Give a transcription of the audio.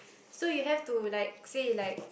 so you have to like say like